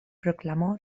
proclamó